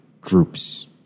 groups